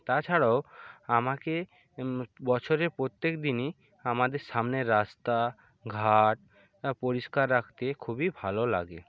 তাছাড়াও আমাকে বছরে প্রত্যেক দিনই আমাদের সামনের রাস্তাঘাট পরিষ্কার রাখতে খুবই ভালো লাগে